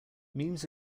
memes